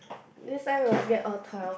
this time must get all twelve